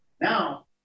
Now